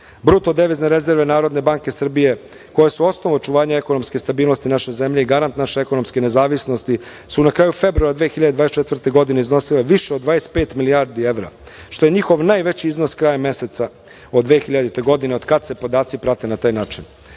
devizne rezerve Narodne banke Srbije koje su osnov očuvanja ekonomske stabilnosti naše zemlje i garant naše ekonomske nezavisnosti su na kraju februara 2024. godine iznosile više od 25 milijardi evra, što je njihov najveći iznos krajem meseca od 2000. godine, od kada se podaci prate na taj način.U